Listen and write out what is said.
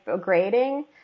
grading